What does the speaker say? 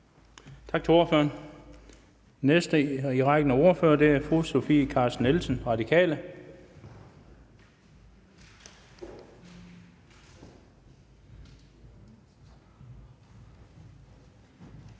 Tak til ordføreren. Den næste i rækken af ordførere er fru Sofie Carsten Nielsen, Radikale.